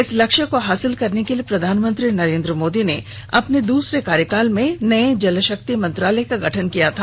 इस लक्ष्य को हासिल करने के लिए प्रधानमंत्री नरेन्द्र मोदी ने अपने दूसरे कार्यकाल में नये जल शक्ति मंत्रालय का गठन किया था